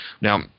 Now